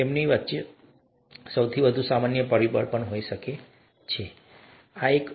તેમની વચ્ચે સૌથી વધુ સામાન્ય પરિબળ હોઈ શકે છે અને તેથી વધુ